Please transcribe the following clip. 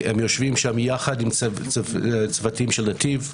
הם יושבים שם יחד עם צוותים של נתיב,